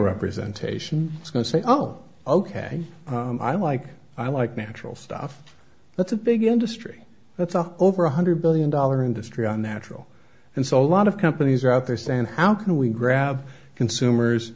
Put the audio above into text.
representation is going to say oh ok i'm like i like natural stuff that's a big industry that's all over one hundred billion dollar industry on natural and so a lot of companies are out there saying how can we grab consumers